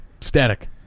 static